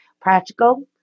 practical